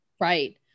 right